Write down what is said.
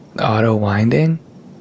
auto-winding